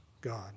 God